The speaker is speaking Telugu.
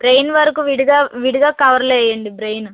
బ్రెయిన్ వరకు విడిగా విడిగా కవర్ లో వేయండి బ్రెయిన్